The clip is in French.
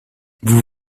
vous